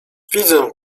widzę